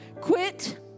quit